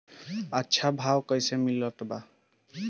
अच्छा भाव कैसे मिलत बा?